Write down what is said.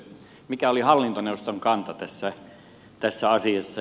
mikä oli hallintoneuvoston kanta tässä asiassa